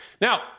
now